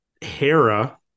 Hera